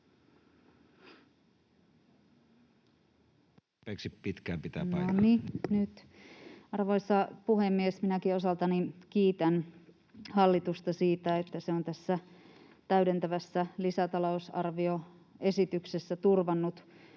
Arvoisa puhemies! Minäkin osaltani kiitän hallitusta siitä, että se on tässä täydentävässä lisätalousarvioesityksessä turvannut